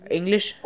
English